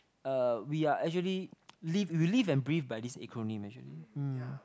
uh we are actually live we live and breathe by this acronym actually hmm